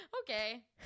Okay